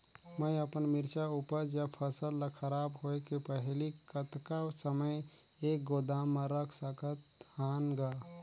मैं अपन मिरचा ऊपज या फसल ला खराब होय के पहेली कतका समय तक गोदाम म रख सकथ हान ग?